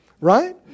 Right